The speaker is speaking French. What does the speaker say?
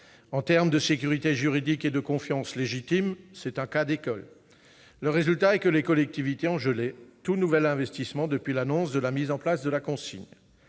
En termes de sécurité juridique et de confiance légitime, c'est un cas d'école ! Le résultat, c'est que les collectivités ont gelé tout nouvel investissement depuis l'annonce de la mise en place de la consigne.